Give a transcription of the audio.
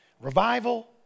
Revival